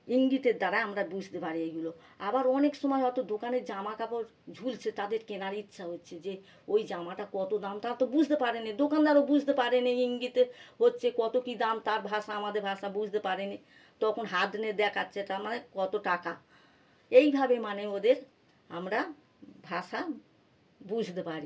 ইঙ্গিতের দ্বারা আমরা বুঝতে পারি এইগুলো আবার অনেক সময় হয়তো দোকানে জামা কাপড় ঝুলছে তাদের কেনার ইচ্ছা হচ্ছে যে ওই জামাটা কতো দাম তা তো বুঝতে পারে নি দোকানদারও বুঝতে পারে নি ইঙ্গিতে হচ্ছে কতো কী দাম তার ভাষা আমাদের ভাষা বুঝতে পারে নি তখন হাত নেড়ে দেখাচ্ছে তার মানে কতো টাকা এইভাবে মানে ওদের আমরা ভাষা বুঝতে পারি